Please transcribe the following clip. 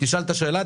תשאל את השאלה,